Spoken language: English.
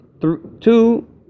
two